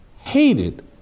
hated